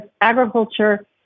agriculture